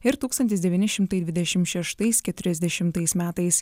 ir ir tūkstantis devyni šimtai dvidešimt šeštais keturiasdešimtais metais